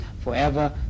forever